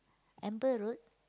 Amber-Road